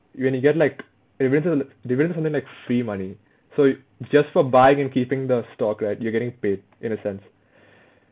when you get like dividends are dividends are something like free money so just for buying and keeping the stock right you're getting paid in a sense